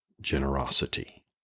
generosity